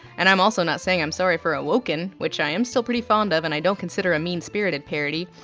and i'm also not saying i'm sorry for awoken. which i am still pretty fond of and i don't consider a mean-spirited parody.